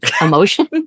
emotion